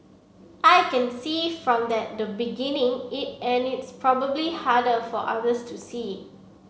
I can see from that the beginning it and it's probably harder for others to see